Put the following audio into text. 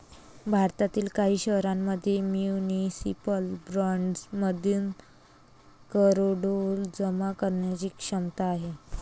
भारतातील काही शहरांमध्ये म्युनिसिपल बॉण्ड्समधून करोडो जमा करण्याची क्षमता आहे